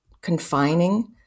confining